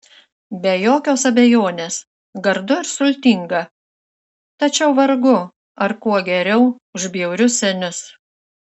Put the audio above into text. be jokios abejonės gardu ir sultinga tačiau vargu ar kuo geriau už bjaurius senius